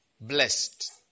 blessed